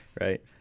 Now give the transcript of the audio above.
right